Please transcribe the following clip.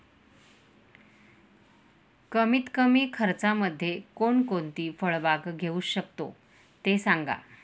कमीत कमी खर्चामध्ये कोणकोणती फळबाग घेऊ शकतो ते सांगा